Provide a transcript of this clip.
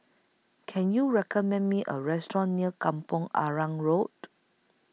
Can YOU recommend Me A Restaurant near Kampong Arang Road